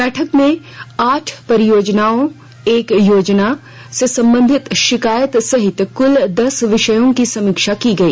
बैठक में आठ परियोजनाओं एक योजना से संबंधित शिकायत सहित कुल दस विषयों की समीक्षा की गई